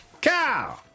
Cow